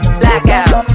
blackout